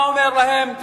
אתה אומר להם,